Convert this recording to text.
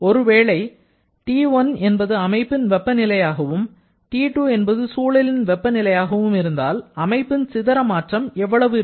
ஒருவேளை T1 என்பது அமைப்பின் வெப்பநிலையாகவும் T2 என்பது சூழலின் வெப்ப நிலையாகவும் இருந்தால் அமைப்பின் சிதற மாற்றம் எவ்வளவு இருக்கும்